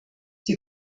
die